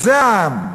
זה העם.